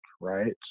Right